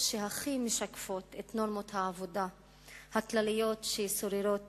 שהכי משקפות את נורמות העבודה הכלליות ששוררות